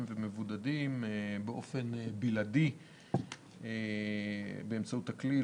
ומבודדים באופן בלעדי באמצעות הכלי,